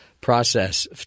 process